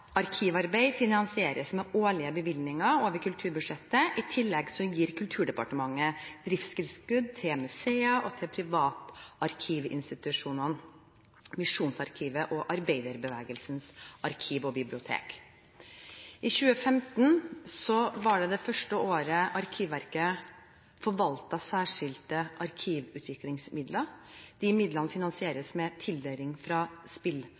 finansieres med årlige bevilgninger over kulturbudsjettet. I tillegg gir Kulturdepartementet driftstilskudd til museer og til privatarkivinstitusjonene Misjonsarkivet og Arbeiderbevegelsens arkiv og bibliotek 2015 var det første året Arkivverket forvaltet særskilte arkivutviklingsmidler. Disse midlene finansieres med tildeling fra